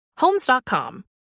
homes.com